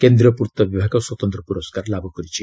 କେନ୍ଦ୍ରୀୟ ପୂର୍ତ୍ତବିଭାଗ ସ୍ୱତନ୍ତ ପୁରସ୍କାର ଲାଭ କରିଛି